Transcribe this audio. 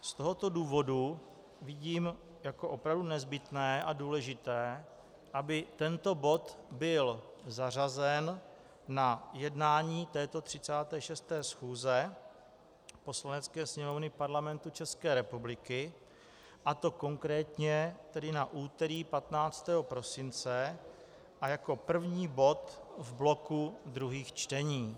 Z tohoto důvodu vidím jako opravdu nezbytné a důležité, aby tento bod byl zařazen na jednání této 36. schůze Poslanecké sněmovny Parlamentu České republiky, a to konkrétně tedy na úterý 15. prosince jako první bod v bloku druhých čtení.